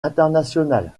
internationales